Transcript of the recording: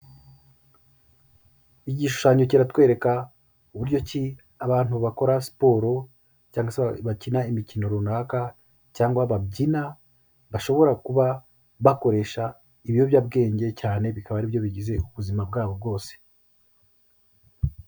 Igishushanyo kiratwereka uburyo ki abantu bakora siporo cyangwa bakina imikino runaka cyangwa babyina, bashobora kuba bakoresha ibiyobyabwenge cyane bikaba ari byo bigize ubuzima bwabo bwose.